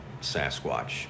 Sasquatch